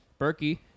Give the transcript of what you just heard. Berkey